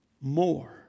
more